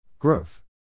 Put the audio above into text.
Growth